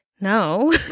no